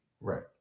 Right